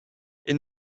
est